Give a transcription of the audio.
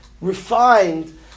refined